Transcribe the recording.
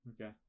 Okay